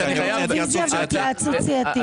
רביזיה והתייעצות סיעתית.